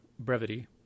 brevity